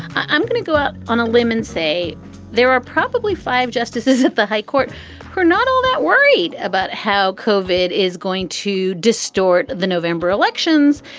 i'm going to go out on a limb and say there are probably five justices of the high court who are not all that worried about how kov it is going to distort the november elections.